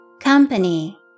Company